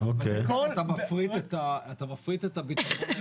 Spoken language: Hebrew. את מפריט את הביטחון האישי.